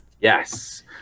Yes